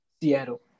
Seattle